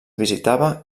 visitava